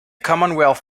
commonwealth